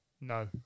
No